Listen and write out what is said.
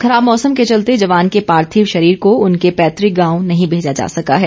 खराब मौसम के चलते जवान के पार्थिव शरीर को उनके पैतुक गांव नही भेजा जा सका है